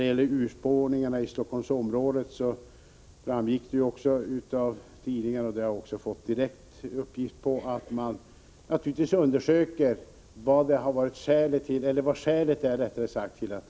Beträffande urspårningarna i Stockholmsområdet framgick det av tidningarna, och sådana uppgifter har jag också fått direkt, att man naturligtvis undersöker vilka skälen är till dessa.